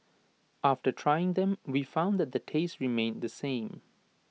after trying them we found that the taste remained the same